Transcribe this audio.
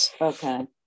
okay